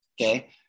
Okay